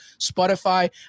Spotify